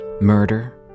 Murder